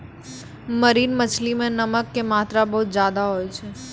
marine मछली मॅ नमक के मात्रा बहुत ज्यादे होय छै